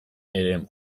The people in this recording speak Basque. eremu